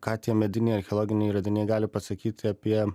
ką tie mediniai archeologiniai radiniai gali pasakyti apie